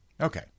Okay